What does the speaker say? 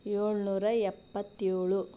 ಏಳ್ನೂರ ಎಪ್ಪತ್ತೇಳು